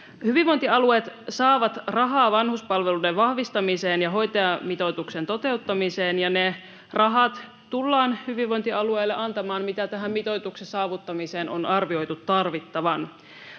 Hyvinvointialueet saavat rahaa vanhuspalveluiden vahvistamiseen ja hoitajamitoituksen toteuttamiseen, ja hyvinvointialueille tullaan antamaan ne rahat, mitä tähän mitoituksen saavuttamiseen on arvioitu tarvittavan.